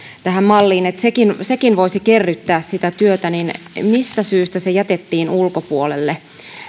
malliin sekin sekin voisi kerryttää sitä työtä niin mistä syystä se jätettiin ulkopuolelle